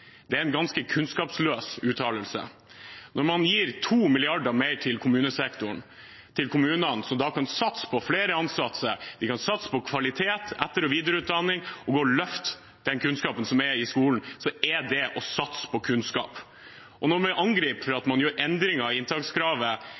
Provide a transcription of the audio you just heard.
Det er en ganske kunnskapsløs uttalelse. Når man gir 2 mrd. kr mer til kommunene, som da kan satse på flere ansatte, kvalitet, etter- og videreutdanning og å løfte den kunnskapen som er i skolen, er det å satse på kunnskap. Når man blir angrepet for